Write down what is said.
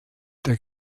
der